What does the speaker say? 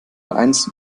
eins